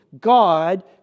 God